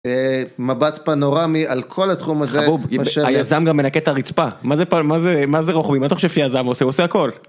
מבט פנורמי על כל התחום הזה. -חבוב, היזם גם מנקה את הרצפה, מה זה רוכבים, מה אתה חושב שיזם עושה, הוא עושה הכל.